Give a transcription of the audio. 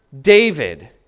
David